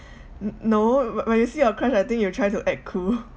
n~ no wh~ when you see your crush I think you try to act cool